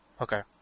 Okay